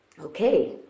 okay